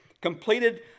completed